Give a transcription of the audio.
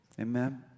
amen